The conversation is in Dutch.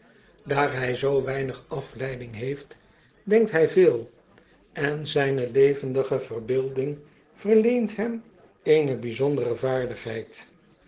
daar hy zoo weinig afleiding heeft denkt by veel en zyne levendige verbeeldirig verleent hem eene byzondere vaardigheid